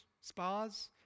spas